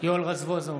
יואל רזבוזוב,